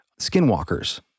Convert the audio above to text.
skinwalkers